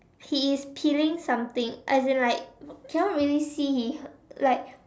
he is peeling something as in like cannot really see his like